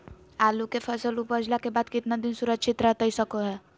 आलू के फसल उपजला के बाद कितना दिन सुरक्षित रहतई सको हय?